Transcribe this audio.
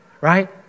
right